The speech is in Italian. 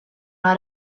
una